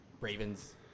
Ravens